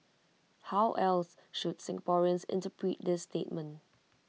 how else should Singaporeans interpret this statement